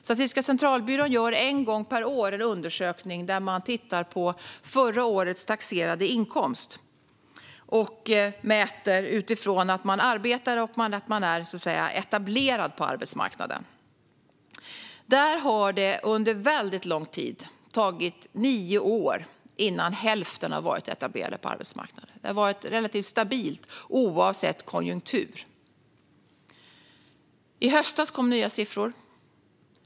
SCB gör en gång per en undersökning där man tittar på förra årets taxerade inkomst och utifrån detta mäter etableringen på arbetsmarknaden. Under väldigt lång tid har det tagit nio år innan hälften har varit etablerade på arbetsmarknaden, och det har varit relativt stabilt oavsett konjunktur. I höstas kom nya siffror.